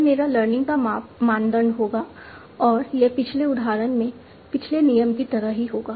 यह मेरा लर्निंग का मानदंड होगा और यह पिछले उदाहरण में पिछले नियम की तरह ही होगा